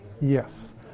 Yes